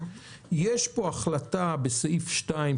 יש החלטה בסעיף 2,